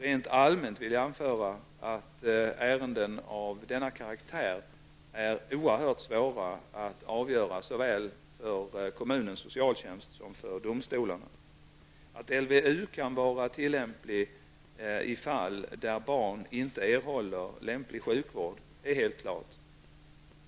Rent allmänt vill jag anföra att ärenden av denna karaktär är oerhört svåra att avgöra såväl för kommunens socialtjänst som för domstolarna. Att LVU kan vara tillämplig i fall där barn inte erhåller lämplig sjukvård är helt klart.